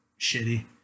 shitty